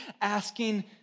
asking